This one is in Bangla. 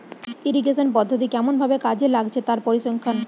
ইরিগেশন পদ্ধতি কেমন ভাবে কাজে লাগছে তার পরিসংখ্যান